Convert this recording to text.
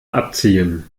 abziehen